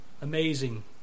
amazing